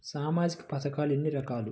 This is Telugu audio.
సామాజిక పథకాలు ఎన్ని రకాలు?